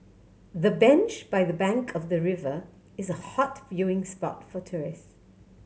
the bench by the bank of the river is a hot viewing spot for tourist